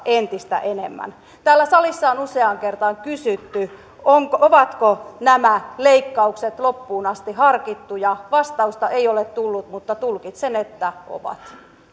entistä enemmän täällä salissa on useaan kertaan kysytty ovatko ovatko nämä leikkaukset loppuun asti harkittuja vastausta ei ole tullut mutta tulkitsen että ovat